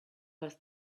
was